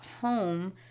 home